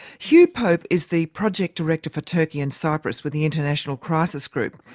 hugh pope is the project director for turkey and cyprus with the international crisis group.